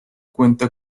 cuenta